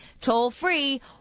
Toll-free